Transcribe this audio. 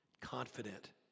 confident